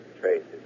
traces